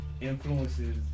influences